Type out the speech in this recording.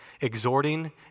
exhorting